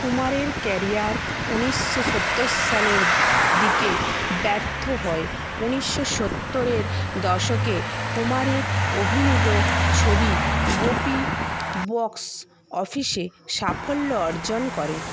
কুমারের ক্যারিয়ার উনিশশো সত্তর সালের দিকে ব্যর্থ হয় উনিশশো সত্তরের দশকে কুমারের অভিনীত ছবি গোপি বক্স অফিসে সাফল্য অর্জন করে